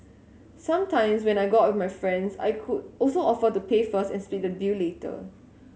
sometimes when I go out with my friends I could also offer to pay first and split the bill later